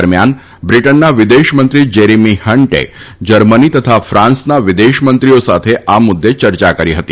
દરમિયાન બ્રિટનના વિદેશમંત્રી જેરીમી હન્ટે જર્મની તથા ફાન્સના વિદેશમંત્રીઓ સાથે આ મુદ્દે ચર્ચા કરી હતી